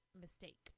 mistake